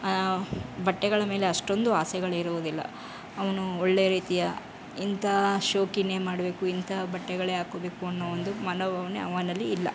ಬಟ್ಟೆಗಳ ಮೇಲೆ ಅಷ್ಟೊಂದು ಆಸೆಗಳಿರುವುದಿಲ್ಲ ಅವನು ಒಳ್ಳೆ ರೀತಿಯ ಇಂಥ ಶೋಕಿಯೇ ಮಾಡಬೇಕು ಇಂಥ ಬಟ್ಟೆಗಳೇ ಹಾಕೊಳ್ಬೇಕು ಅನ್ನೋ ಒಂದು ಮನೋಭಾವನೆ ಅವನಲ್ಲಿ ಇಲ್ಲ